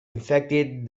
infected